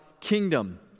kingdom